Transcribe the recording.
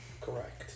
Correct